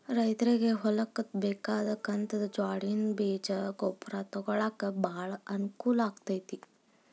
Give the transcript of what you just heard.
ರೈತ್ರಗೆ ಹೊಲ್ಕ ಬೇಕಾದ ಕಂತದ ಜ್ವಾಡ್ಣಿ ಬೇಜ ಗೊಬ್ರಾ ತೊಗೊಳಾಕ ಬಾಳ ಅನಕೂಲ ಅಕೈತಿ